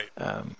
Right